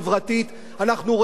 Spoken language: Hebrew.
אנחנו רואים לאן זה הולך.